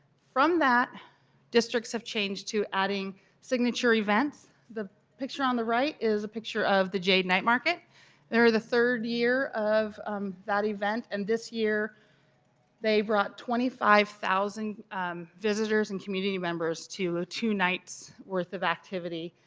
from that districts have changed to adding signature events. the picture on the right is a picture of the jade night market they are the third year of um that event and this year they brought twenty five thousand visitors and community members to ah two nights' worth of activity.